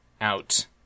out